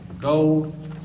gold